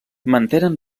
mantenen